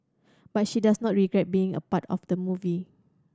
but she does not regret being a part of the movie